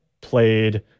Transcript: played